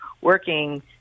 working